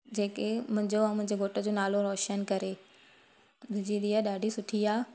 जेके मुंहिंजो आहे मुंहिंजो घोट जो नालो रोशन करे मुठिंजी धीउ ॾाढी सुठी आहे